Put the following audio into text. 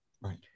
Right